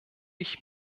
ich